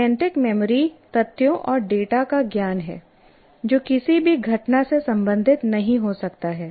semantic memory तथ्यों और data का ज्ञान है जो किसी भी घटना से संबंधित नहीं हो सकता है